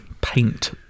Paint